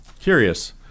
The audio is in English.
curious